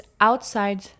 outside